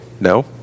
no